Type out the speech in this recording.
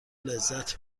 لذت